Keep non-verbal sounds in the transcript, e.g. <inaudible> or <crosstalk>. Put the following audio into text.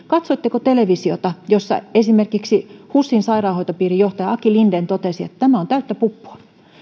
<unintelligible> katsoitteko televisiota jossa esimerkiksi husin sairaanhoitopiirin johtaja aki linden totesi että tämä on täyttä puppua